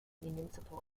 municipal